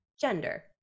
gender